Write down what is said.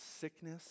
sickness